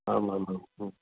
आम् आम् आम्